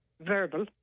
verbal